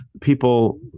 people